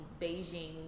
Beijing